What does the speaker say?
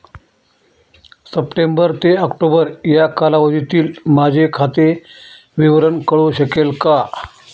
September ते October या कालावधीतील माझे खाते विवरण कळू शकेल का?